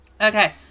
Okay